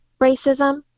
racism